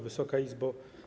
Wysoka Izbo!